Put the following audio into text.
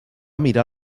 mirar